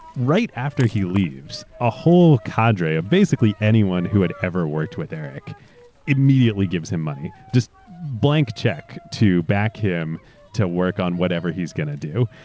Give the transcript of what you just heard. right after he leaves, a whole cadre or basically anyone who had ever worked with eric immediately gives him money, just blank check, to back him to work on whatever heaeurs going to do.